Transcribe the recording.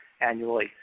annually